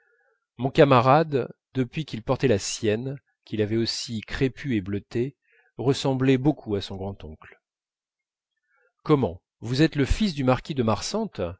mon camarade depuis qu'il portait la sienne qu'il avait aussi crépue et bleutée ressemblait beaucoup à son grand-oncle comment vous êtes le fils du marquis de marsantes